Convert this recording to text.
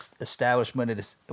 establishment